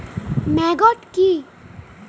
Maggot কি?